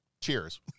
cheers